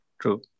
True